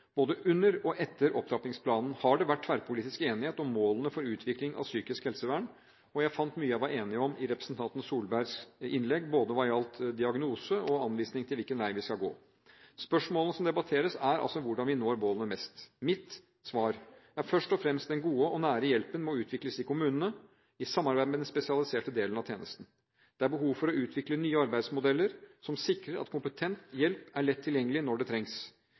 Både under og etter opptrappingsplanen har det vært tverrpolitisk enighet om målene for utviklingen av psykisk helsevern, og jeg fant mye jeg var enig i i representanten Solbergs innlegg, både hva gjaldt diagnose og anvisning for hvilken vei vi skal gå. Spørsmålene som debatteres, er altså hvordan vi best når målene. Mitt svar er først og fremst at den gode og nære hjelpen må utvikles i kommunene i samarbeid med den spesialiserte delen av tjenesten. Det er behov for å utvikle nye arbeidsmodeller som sikrer at kompetent hjelp er lett tilgjengelig når det trengs.